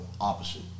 opposite